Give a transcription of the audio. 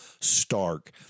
Stark